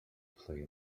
play